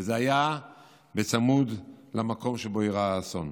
וזה היה בצמוד למקום שבו אירע האסון.